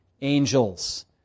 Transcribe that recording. angels